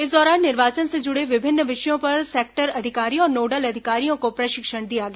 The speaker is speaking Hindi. इस दौरान निर्वाचन से जुड़े विभिन्न विषयों पर सेक्टर अधिकारी और नोडल अधिकारियों को प्रशिक्षण दिया गया